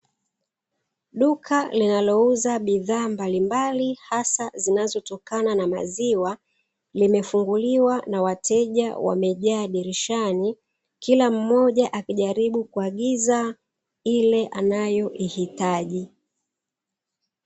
Duka linalouza bidhaa mbalimbali hasa zinazotokana na maziwa, limefunguliwa na wateja wamejaa dirishani, kila mmoja akijaribu kuagiza ile anayoihitaji.